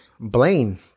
Blaine